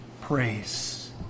praise